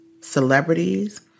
celebrities